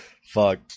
fuck